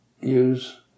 use